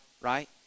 right